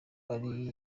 ari